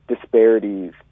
disparities